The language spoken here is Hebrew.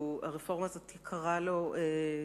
שהרפורמה הזאת יקרה לו כתינוק,